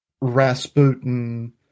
Rasputin